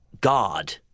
God